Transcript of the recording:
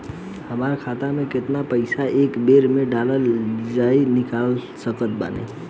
हमार खाता मे केतना पईसा एक बेर मे डाल आऊर निकाल सकत बानी?